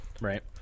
Right